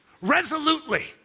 resolutely